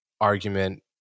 argument